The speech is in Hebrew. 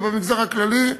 ובמגזר הכללי,